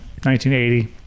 1980